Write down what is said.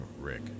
Rick